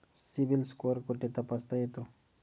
CIBIL score कुठे तपासता येतो?